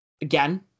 Again